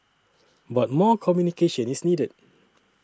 but more communication is needed